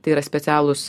tai yra specialūs